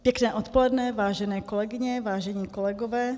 Pěkné odpoledne, vážené kolegyně, vážení kolegové.